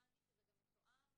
הבנתי שזה גם מתואם.